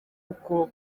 uko